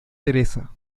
teresa